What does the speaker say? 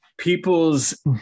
people's